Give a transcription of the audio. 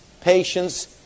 patience